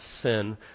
sin